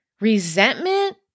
Resentment